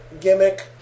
gimmick